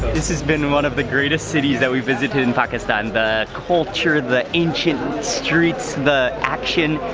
this has been one of the greatest cities that we've visited in pakistan. the culture, the ancient streets, the action,